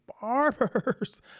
barbers